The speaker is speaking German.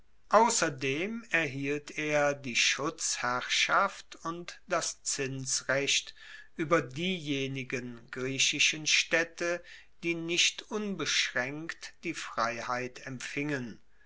ausserdem erhielt er die schutzherrschaft und das zinsrecht ueber diejenigen griechischen staedte die nicht unbeschraenkt die freiheit empfingen